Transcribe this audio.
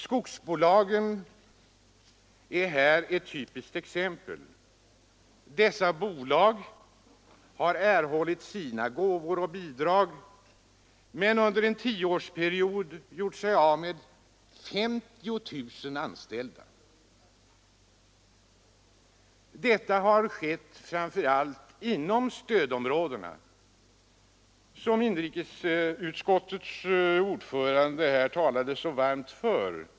Skogsbolagen är här ett typiskt exempel. Dessa bolag har erhållit sina gåvor och bidrag men under en tioårsperiod gjort sig av med 50 000 anställda. Detta har skett framför allt inom stödområdet, som inrikesutskttets ordförande här talade så varmt för.